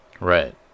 Right